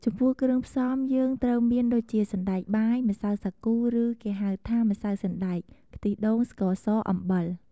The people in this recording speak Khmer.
ចំពោះគ្រឿងផ្សំយើងត្រូវមានដូចជា សណ្តែកបាយ ម្សៅសាគូ ឬ គេហៅថា ម្សៅសណ្តែក ខ្ទិះដូង ស្ករស អំបិល។